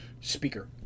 speaker